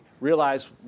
realize